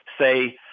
say